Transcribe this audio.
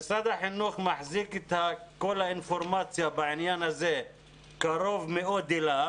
משרד החינוך מחזיק את כל האינפורמציה בעניין הזה קרוב מאוד אליו